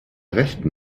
rechten